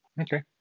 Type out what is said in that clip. okay